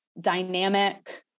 dynamic